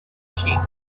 sheep